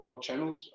channels